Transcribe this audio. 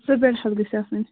special گژھِ آسٕنۍ